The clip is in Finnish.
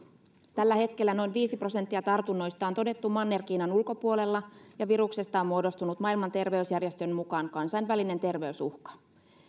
tällä hetkellä noin viisi prosenttia tartunnoista on todettu manner kiinan ulkopuolella ja viruksesta on muodostunut maailman terveysjärjestön mukaan kansainvälinen terveysuhka